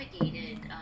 navigated